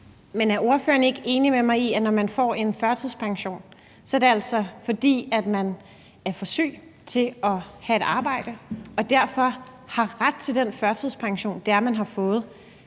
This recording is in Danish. Men er ordføreren ikke enig med mig i, at når man får en førtidspension, er det altså, fordi man er for syg til at have et arbejde, og at man derfor har ret til den førtidspension, man har fået?